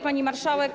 Pani Marszałek!